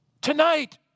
Tonight